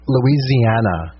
Louisiana